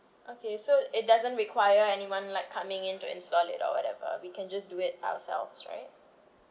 okay so it doesn't require anyone like coming in to install it or whatever we can just do it ourselves right